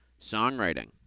songwriting